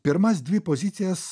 pirmas dvi pozicijas